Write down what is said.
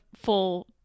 full